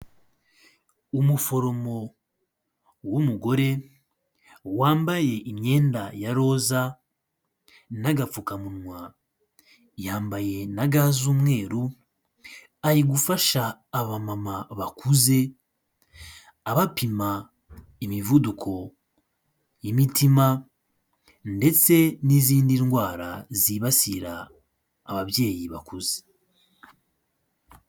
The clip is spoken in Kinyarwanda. Umuforomo w'umugore, wambaye imyenda ya roza n'agapfukamunwa, yambaye na ga z'umweru, ari gufasha abamama bakuze, abapima imivuduko y'imitima ndetse n'izindi ndwara zibasira ababyeyi bakuze.